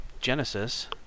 Genesis